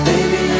Baby